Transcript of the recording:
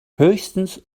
höchstens